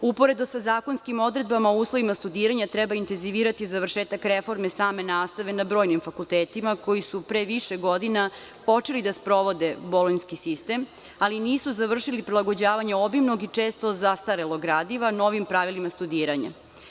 Uporedo sa zakonskim odredbama o uslovima studiranja treba intenzivirati završetak reforme same nastave na brojnim fakultetima koji su pre više godina počeli da sprovode bolonjski sistem, ali nisu završili prilagođavanje obimnog i često zastarelog gradiva novim pravilima studiranja.